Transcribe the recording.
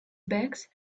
bags